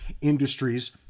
industries